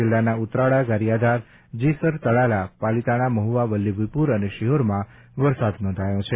જિલ્લાના ઉતરાળા ગારીયાધાર જેસર તળાજા પાલિતાણા મહુવા વલ્લભીપુર અને શિહોરમાં વરસાદ નોંધાયો છે